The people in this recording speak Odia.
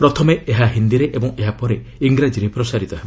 ପ୍ରଥମେ ଏହା ହିନ୍ଦୀରେ ଓ ଏହା ପରେ ଇଂରାଜୀରେ ପ୍ରସାରିତ ହେବ